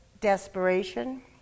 desperation